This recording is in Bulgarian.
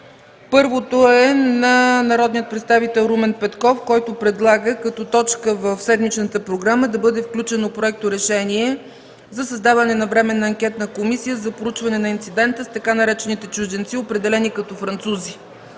е на народния представител Румен Петков, който предлага като точка в седмичната програма да бъде включено Проекторешение за създаване на Временна анкетна комисия за проучване на инцидента с така наречените чужденци, определени като французи,